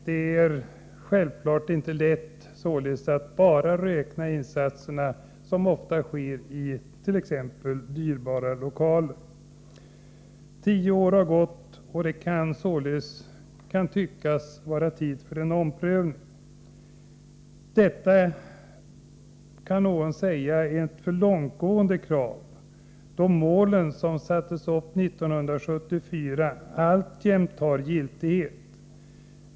Det är självfallet inte rätt att bara räkna insatserna, som ofta sker, i t.ex. dyrbara lokaler. Tio år har gått, och det kan vara tid för en omprövning. Detta kan någon säga är ett för långtgående krav då målen som sattes upp 1974 alltjämt har giltighet.